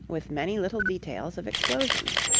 with many little details of explosions.